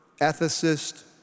ethicist